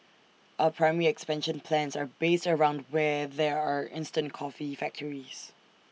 our primary expansion plans are based around where there are instant coffee factories